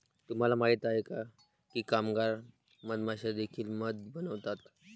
तुम्हाला माहित आहे का की कामगार मधमाश्या देखील मध बनवतात?